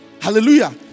Hallelujah